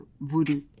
voodoo